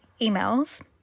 emails